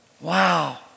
Wow